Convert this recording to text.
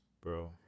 Bro